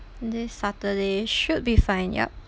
this saturday should be fine yup